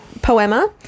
poema